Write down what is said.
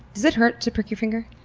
does it hurt to prick your finger?